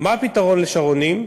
מה הפתרון ל"שרונים"?